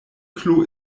klo